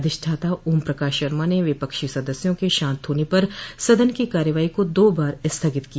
अधिष्ठाता ओम प्रकाश शर्मा ने विपक्षी सदस्यों के शान्त होने पर सदन की कार्यवाही को दो बार स्थगित किया